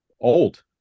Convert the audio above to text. old